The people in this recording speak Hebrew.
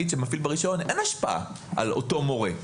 שמפעיל ברישיון אין השפעה על אותו מורה,